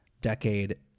decade